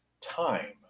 time